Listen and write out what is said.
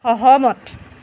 সহমত